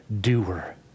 doer